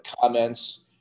comments